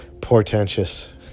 portentous